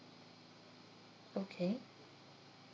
okay